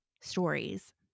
stories